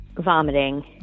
vomiting